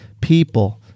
people